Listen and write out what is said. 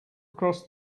across